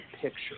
picture